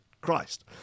christ